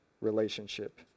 Relationship